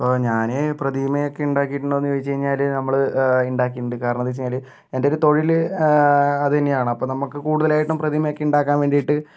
ഇപ്പോൾ ഞാൻ പ്രതിമയൊക്കെ ഉണ്ടാക്കിയിട്ടുണ്ടോ എന്ന് ചോദിച്ച് കഴിഞ്ഞാല് നമ്മൾ ഉണ്ടാക്കിയിട്ടുണ്ട് കാരണമെന്തെന്ന് വെച്ചാൽ എൻ്റെ ഒരു തൊഴില് അത് തന്നെയാണ് അപ്പം നമുക്ക് കൂടുതലായിട്ടും പ്രതിമയൊക്കെ ഉണ്ടാക്കാൻ വേണ്ടിയിട്ട്